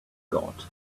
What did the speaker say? got